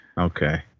Okay